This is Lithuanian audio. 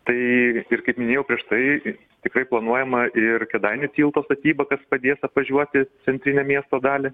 tai ir kaip minėjau prieš tai tikrai planuojama ir kėdainių tilto statyba kas padės apvažiuoti centrinę miesto dalį